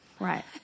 Right